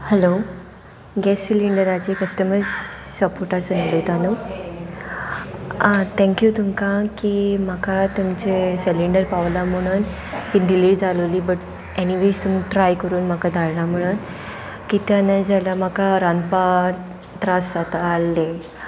hello gas सिलींडराचे customer सपोर्टासून उलयता न्हू आं थँक्यू तुमकां की म्हाका तुमचे सिलींडर पावला म्हणून ती डिलीट जालोली बट एनीवेज तुमी ट्राय करून म्हाका ंधाडला म्हणून कित्या ना जाल्यार म्हाका रांदपाक त्रास जाता आहले